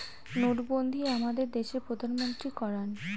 নোটবন্ধী আমাদের দেশের প্রধানমন্ত্রী করান